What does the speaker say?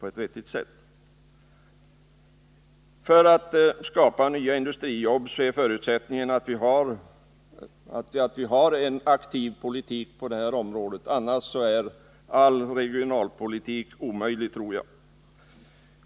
Förutsättningen för att skapa nya industrijobb är att vi har en aktiv politik på detta område, annars är all regionalpolitik omöjlig.